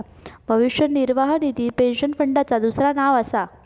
भविष्य निर्वाह निधी पेन्शन फंडाचा दुसरा नाव असा